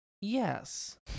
yes